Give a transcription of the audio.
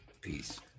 Peace